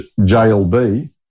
JLB